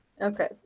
Okay